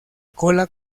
cola